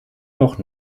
doch